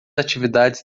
atividades